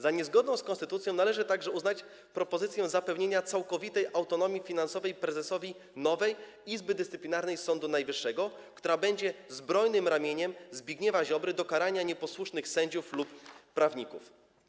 Za niezgodną z konstytucją należy także uznać propozycję zapewnienia całkowitej autonomii finansowej prezesowi nowej Izby Dyscyplinarnej Sądu Najwyższego, która będzie zbrojnym ramieniem Zbigniewa Ziobry do karania nieposłusznych sędziów lub prawników.